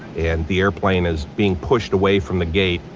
and the airplane is being pushed away from the gate,